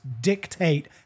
dictate